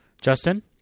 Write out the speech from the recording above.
justin